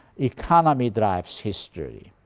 economy drives history.